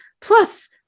plus